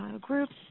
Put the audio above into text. groups